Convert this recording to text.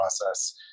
process